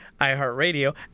iHeartRadio